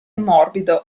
morbido